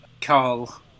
Carl